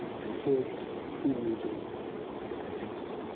and here's u nu during the the sixth.